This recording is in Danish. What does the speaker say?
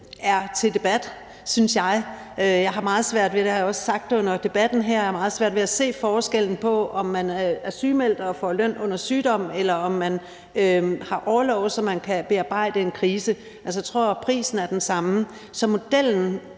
er til debat, synes jeg. Jeg har meget svært ved, og det har jeg også sagt under debatten her, at se forskellen på, om man er sygemeldt og får løn under sygdom, eller om man har orlov, så man kan bearbejde en krise. Altså, jeg tror, at prisen er den samme. Så modellen